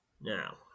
Now